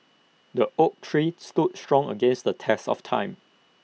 the oak tree stood strong against the test of time